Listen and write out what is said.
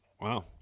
Wow